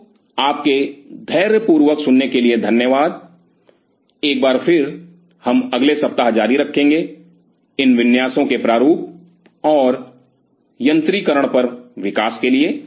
तो आपके धैर्यपूर्वक सुनने के लिए धन्यवाद एक बार फिर हम अगले हफ्ते जारी रखेंगे इन विन्यासों के प्रारूप और यंत्रीकरण पर विकास के लिए